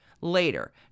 Later